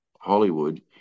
Hollywood